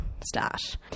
start